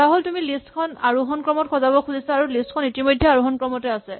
ধৰাহ'ল তুমি লিষ্ট এখন আৰোহন ক্ৰমত সজাব খুজিছা আৰু লিষ্ট খন ইতিমধ্যে আৰোহন ক্ৰমতে আছে